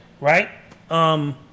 Right